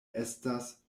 estas